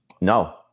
No